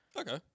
Okay